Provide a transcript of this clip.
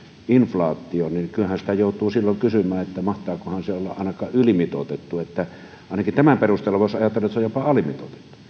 inflaatioon niin kyllähän sitä joutuu silloin kysymään että mahtaakohan se olla ainakaan ylimitoitettu ainakin tämän perusteella voisi ajatella että se on jopa alimitoitettu